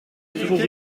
pour